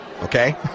Okay